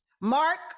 Mark